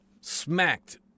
smacked